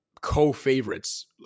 co-favorites